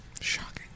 Shocking